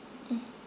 mm